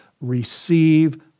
receive